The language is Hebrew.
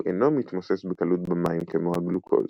הוא אינו מתמוסס בקלות במים כמו הגלוקוז.